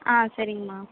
ஆ சரிங்கமா